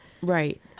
Right